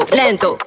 lento